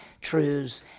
truths